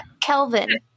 Kelvin